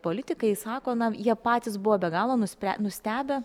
politikai sako na jie patys buvo be galo nuspre nustebę